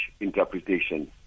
Interpretation